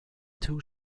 too